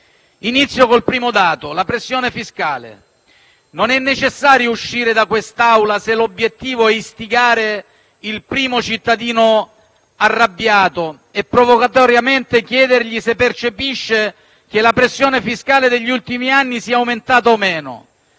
Inizio col primo dato: la pressione fiscale. Non è necessario uscire da quest'Aula se l'obiettivo è istigare il primo cittadino arrabbiato e provocatoriamente chiedergli se percepisce che la pressione fiscale degli ultimi anni sia aumentata o no: